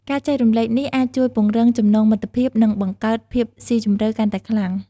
ការចែករំលែកនេះអាចជួយពង្រឹងចំណងមិត្តភាព និងបង្កើតភាពស៊ីជម្រៅកាន់តែខ្លាំង។